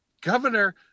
governor